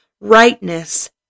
rightness